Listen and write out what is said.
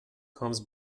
comes